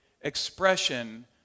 expression